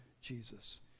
Jesus